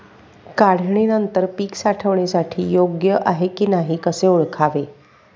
काढणी नंतर पीक साठवणीसाठी योग्य आहे की नाही कसे ओळखावे?